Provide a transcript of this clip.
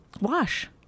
Wash